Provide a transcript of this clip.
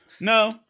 No